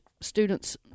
students